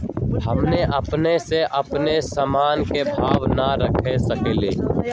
हमनी अपना से अपना सामन के भाव न रख सकींले?